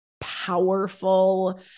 powerful